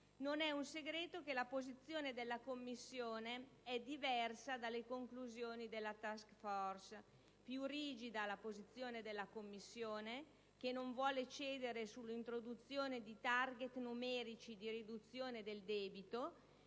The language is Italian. Non è un segreto che la posizione della Commissione è diversa dalle conclusioni della *task force*: più rigida la posizione della Commissione, che non vuole cedere sull'introduzione di *target* numerici di riduzione del debito,